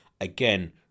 again